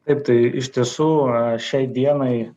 taip tai iš tiesų šiai dienai